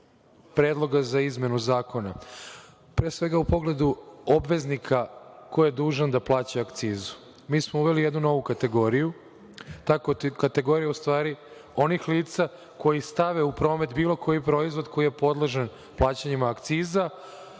predloga za izmenu zakona, pre svega u pogledu obveznika ko je dužan da plaća akcizu. Mi smo uveli jednu novu kategoriju. To je kategorija u stvari onih lica koji stave u promet bilo koji proizvod koji je podležan plaćanjima akciza